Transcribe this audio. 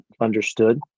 understood